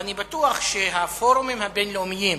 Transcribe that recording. ואני בטוח שהפורומים הבין-לאומיים,